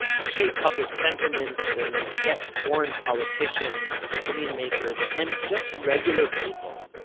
to shape public sentiments, and get foreign politicians, opinion-makers and just regular people,